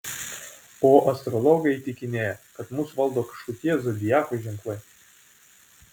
o astrologai įtikinėja kad mus valdo kažkokie zodiako ženklai